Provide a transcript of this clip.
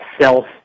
Self